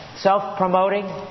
Self-promoting